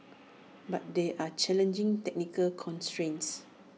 but there are challenging technical constrains